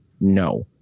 no